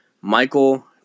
Michael